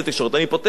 אני רואה טיבי,